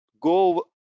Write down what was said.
go